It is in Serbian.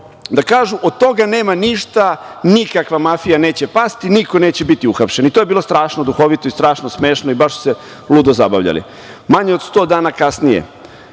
da kažu – od toga nema ništa, nikakva mafija neće pasti, niko neće biti uhapšen. I to je bilo strašno duhovito i strašno smešno i baš se ludo zabavljali. Manje od 100 dana kasnije,